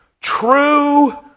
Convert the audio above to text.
true